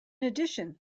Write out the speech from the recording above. addition